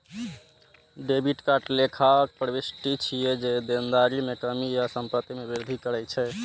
debit एकटा लेखा प्रवृष्टि छियै, जे देनदारी मे कमी या संपत्ति मे वृद्धि करै छै